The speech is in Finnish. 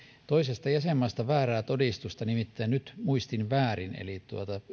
toisesta jäsenmaasta väärää todistusta nimittäin nyt muistin väärin eli